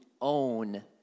own